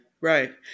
Right